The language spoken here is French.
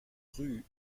rue